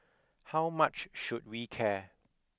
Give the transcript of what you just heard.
how much should we care